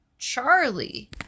Charlie